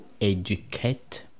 educate